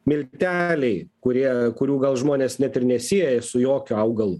milteliai kurie kurių gal žmonės net ir nesieja su jokiu augalu